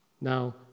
Now